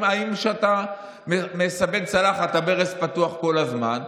אם כשאתה מסבן צלחת הברז פתוח כל הזמן,